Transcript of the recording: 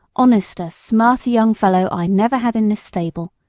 honester, smarter young fellow i never had in this stable.